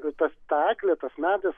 tas eglė tas medis